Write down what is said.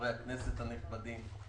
חברי וחברות הכנסת הנכבדים.